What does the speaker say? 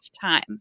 time